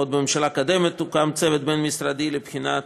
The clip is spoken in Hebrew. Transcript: עוד בממשלה הקודמת הוקם צוות בין-משרדי לבחינת